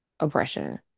Oppression